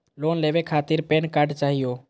Loan लेवे खातीर PAN card चाहियो?